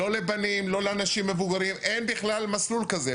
לא לבנים, לא לאנשים מבוגרים, אין בכלל מסלול כזה.